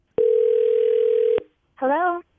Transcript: hello